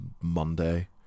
Monday